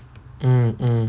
mm mm